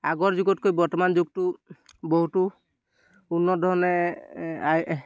আগৰ যুগতকৈ বৰ্তমান যুগটো বহুতো উন্নত ধৰণে